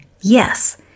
Yes